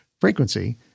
frequency